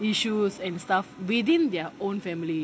issues and stuff within their own family